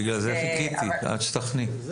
בגלל זה חיכיתי, עד שתחני.